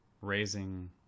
raising